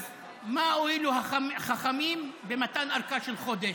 אז מה הועילו חכמים במתן ארכה של חודש,